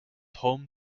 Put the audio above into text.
home